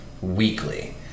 weekly